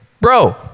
bro